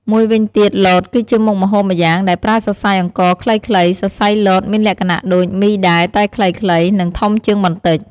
មួយវិញទៀត លត គឺជាមុខម្ហូបម្យ៉ាងដែលប្រើសរសៃអង្ករខ្លីៗ សរសៃលតមានលក្ខណៈដូច មីដែរ តែខ្លីៗ និងធំជាងបន្តិច។